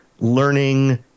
learning